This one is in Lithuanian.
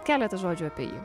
keletą žodžių apie jį